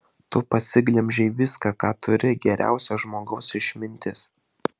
tu pasiglemžei viską ką turi geriausio žmogaus išmintis